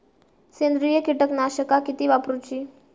सेंद्रिय कीटकनाशका किती वापरूची?